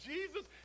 Jesus